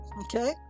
okay